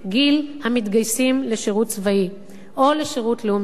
גיל המתגייסים לשירות צבאי או לשירות לאומי.